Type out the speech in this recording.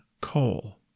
coal